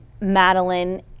Madeline